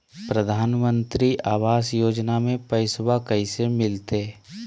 प्रधानमंत्री आवास योजना में पैसबा कैसे मिलते?